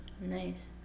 Nice